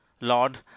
Lord